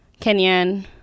kenyan